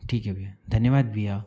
ठीक है भैया धन्यवाद भैया